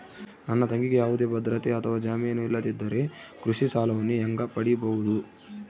ನನ್ನ ತಂಗಿಗೆ ಯಾವುದೇ ಭದ್ರತೆ ಅಥವಾ ಜಾಮೇನು ಇಲ್ಲದಿದ್ದರೆ ಕೃಷಿ ಸಾಲವನ್ನು ಹೆಂಗ ಪಡಿಬಹುದು?